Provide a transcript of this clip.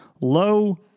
low